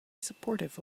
supportive